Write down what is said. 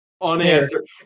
unanswered